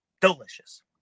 Delicious